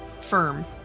firm